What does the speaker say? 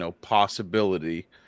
possibility